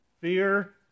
Fear